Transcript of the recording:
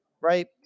Right